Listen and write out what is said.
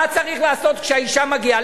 מה צריך לעשות כשהאשה מגיעה?